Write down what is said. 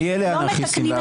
מי אלה האנרכיסטים והעבריינים?